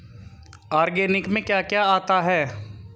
Organic में क्या क्या आता है?